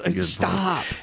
Stop